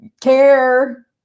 care